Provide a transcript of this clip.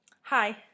Hi